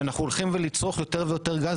שאנחנו הולכים לצרוך יותר ויותר גז,